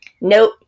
Nope